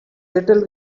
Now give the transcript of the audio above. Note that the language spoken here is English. little